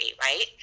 right